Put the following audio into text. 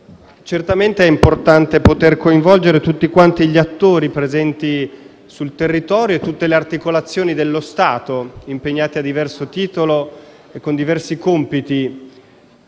certamente è importante poter coinvolgere tutti quanti gli attori presenti sul territorio e tutte le articolazioni dello Stato impegnate a diverso titolo e con diversi compiti.